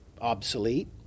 obsolete